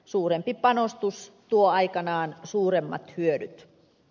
suurempi panostus tuo aikanaan suuremmat hyödyt